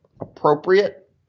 appropriate